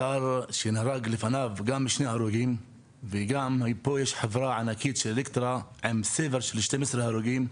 אתר שהיו לפניו גם שני הרוגים ופה יש חברה ענקית של --- עם 12 הרוגים,